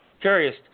curious